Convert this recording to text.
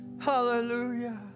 Hallelujah